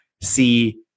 See